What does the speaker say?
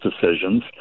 decisions